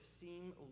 seem